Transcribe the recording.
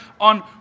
on